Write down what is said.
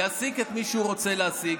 יעסיק את מי שהוא רוצה להעסיק.